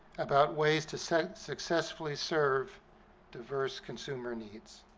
about ways to so successfully serve diverse consumer needs.